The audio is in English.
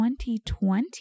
2020